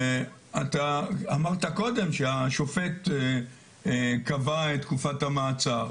אתה אמרת קודם שהשופט קבע את תקופת המעצר.